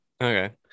Okay